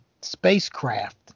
spacecraft